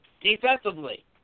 defensively